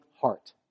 heart